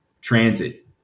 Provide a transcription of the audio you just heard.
transit